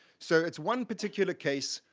so it's one particular case,